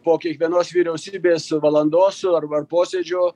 po kiekvienos vyriausybės valandos ar ar posėdžio